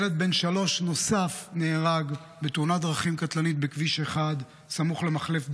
ילד בן שלוש נוסף נהרג בתאונת דרכים קטלנית בכביש 1 סמוך למחלף דניאל.